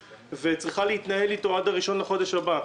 וצריכה להתנהל איתה עד 1 בחודש הבא.